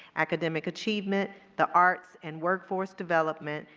academic achievement, the arts, and workforce development,